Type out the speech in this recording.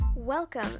Welcome